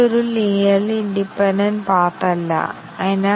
test കേസുകളുടെ വലുപ്പത്തിലുള്ള exponential blow ഞങ്ങൾ ഒഴിവാക്കുന്നു